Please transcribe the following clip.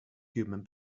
human